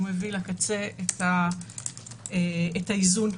את האיזון,